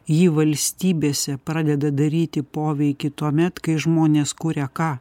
ji valstybėse pradeda daryti poveikį tuomet kai žmonės kuria ką